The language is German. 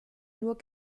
nur